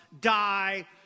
die